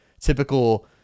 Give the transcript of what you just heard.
typical